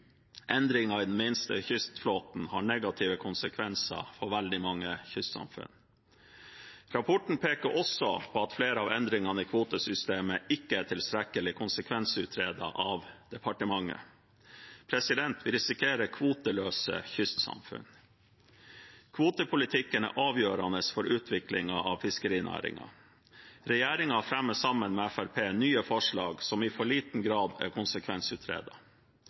Endringer i den minste kystflåten har negative konsekvenser for veldig mange kystsamfunn. Rapporten peker også på at flere av endringene i kvotesystemet ikke er tilstrekkelig konsekvensutredet av departementet. Vi risikerer kvoteløse kystsamfunn. Kvotepolitikken er avgjørende for utviklingen av fiskerinæringen. Regjeringen fremmer sammen med Fremskrittspartiet nye forslag som i for liten grad er